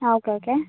ആ okay okay